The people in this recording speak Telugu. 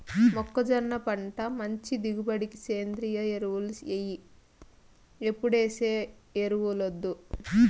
మొక్కజొన్న పంట మంచి దిగుబడికి సేంద్రియ ఎరువులు ఎయ్యి ఎప్పుడేసే ఎరువులొద్దు